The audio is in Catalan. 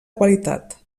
qualitat